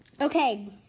Okay